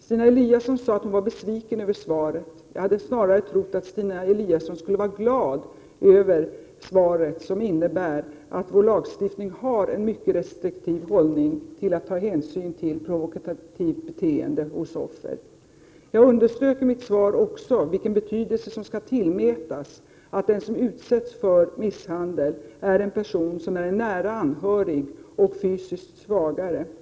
Stina Eliasson sade att hon var besviken över svaret; jag hade snarare trott att hon skulle vara glad över svaret, som visar att vår lagstiftning har en mycket restriktiv hållning i vad gäller hänsynstagande till provokativt beteende hos offret. Jag underströk också i mitt svar vilken betydelse som skall tillmätas att den som utsätts för misshandel är nära anhörig till gärningsmannen och fysiskt svagare än denne.